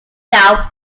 doubt